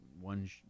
one